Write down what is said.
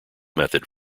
method